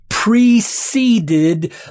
preceded